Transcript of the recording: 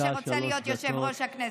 מי שרוצה להיות יושב-ראש הכנסת.